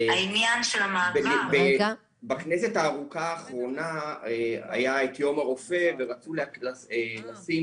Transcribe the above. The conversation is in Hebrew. רגע -- בכנסת הארוכה האחרונה היה את יום הרופא ורצו לשים